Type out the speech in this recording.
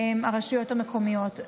הרשויות המקומיות.